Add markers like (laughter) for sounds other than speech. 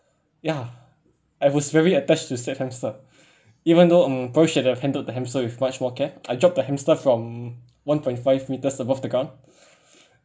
ya I was very attached to that hamster even though mm probably should have handled the hamster with much more care I dropped the hamster from one point five metres above the ground (noise)